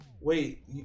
Wait